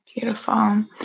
Beautiful